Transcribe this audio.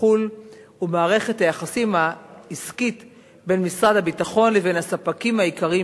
ובחוץ-לארץ ומערכת היחסים העסקית בין משרד הביטחון לבין הספקים העיקריים